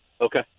Okay